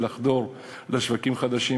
לחדור לשווקים חדשים,